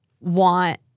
want